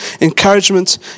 encouragement